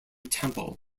temple